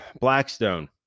Blackstone